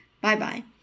Bye-bye